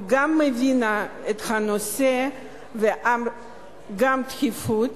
הוא מבין גם את הנושא וגם את הדחיפות.